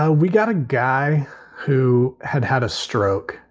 ah we got a guy who had had a stroke.